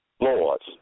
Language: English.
Lords